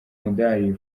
umudali